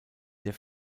der